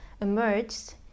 emerged